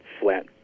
flat